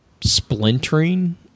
splintering